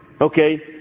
okay